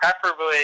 preferably